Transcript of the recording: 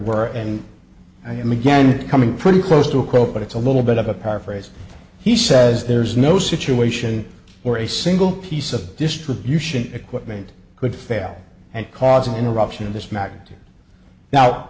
were and and again coming pretty close to a quote but it's a little bit of a paraphrase he says there's no situation or a single piece of distribution equipment could fail and cause an eruption of this ma